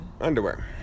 underwear